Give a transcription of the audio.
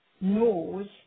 knows